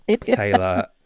Taylor